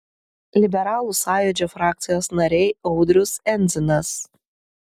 liberalų sąjūdžio frakcijos nariai audrius endzinas